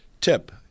tip